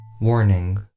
Warning